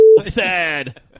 Sad